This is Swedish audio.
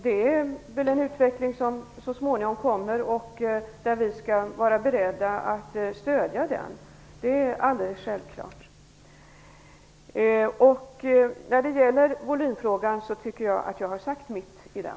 Det är väl någonting som så småningom kommer, och vi skall vara beredda att stödja en sådan utveckling. Det är alldeles självklart. När det gäller volymfrågan anser jag mig ha sagt vad jag har att säga om den.